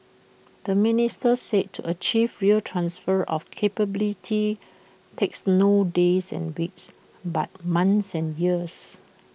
the minister said to achieve real transfer of capability takes not days and weeks but months and years